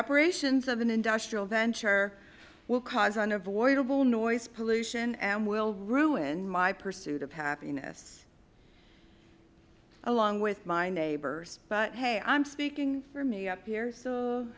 operations of an industrial venture will cause unavoidable noise pollution and will ruin my pursuit of happiness along with my neighbors but hey i'm speaking for me up here